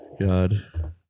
God